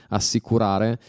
assicurare